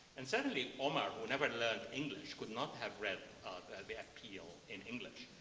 and certainly omar who never learned english could not have read the appeal in english,